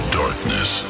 darkness